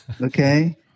okay